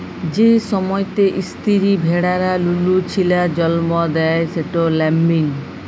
যে সময়তে ইস্তিরি ভেড়ারা লুলু ছিলার জল্ম দেয় সেট ল্যাম্বিং